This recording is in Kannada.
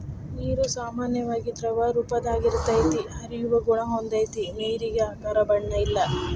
ನೇರು ಸಾಮಾನ್ಯವಾಗಿ ದ್ರವರೂಪದಾಗ ಇರತತಿ, ಹರಿಯುವ ಗುಣಾ ಹೊಂದೆತಿ ನೇರಿಗೆ ಆಕಾರ ಬಣ್ಣ ಇಲ್ಲಾ